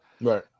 Right